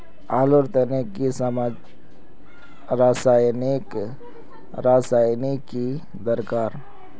आलूर तने की रासायनिक रासायनिक की दरकार?